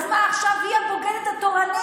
אז מה, עכשיו היא הבוגדת התורנית?